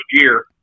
year